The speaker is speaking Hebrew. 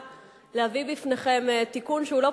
הצעת